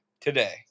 today